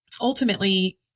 ultimately